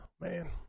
man